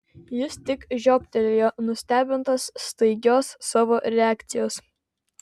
jis tik žioptelėjo nustebintas staigios savo reakcijos